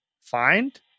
find